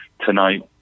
tonight